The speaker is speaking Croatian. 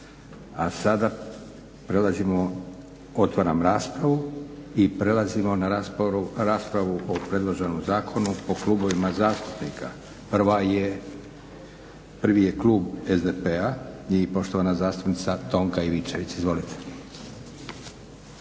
A sada prelazimo otvaram raspravu i prelazimo na raspravu o predloženom zakonu po klubovima zastupnika. Prvi je klub SDP-a i poštovana zastupnica Tonka Ivčević. Izvolite.